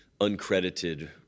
uncredited